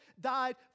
died